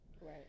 right